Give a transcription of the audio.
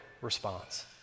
response